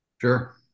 Sure